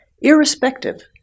irrespective